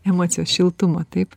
emocijos šiltumo taip